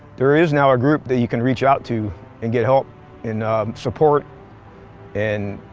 there is now a group that you can reach out to and get help and support and